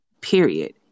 period